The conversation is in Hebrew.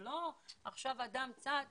זה לא שפתאום עכשיו אדם צץ